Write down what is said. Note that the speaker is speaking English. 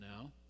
now